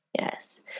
yes